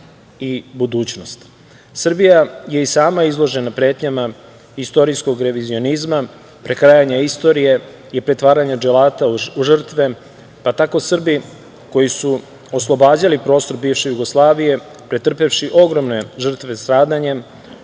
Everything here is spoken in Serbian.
i budućnost. Srbija je i sama izložena pretnjama istorijskog revizionizma, prekrajanja istorije i pretvaranje dželata u žrtve, pa tako Srbi koji su oslobađali prostor bivše Jugoslavije, pretrpevši ogromne žrtve stradanjem,